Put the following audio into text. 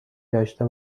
داشته